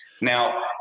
Now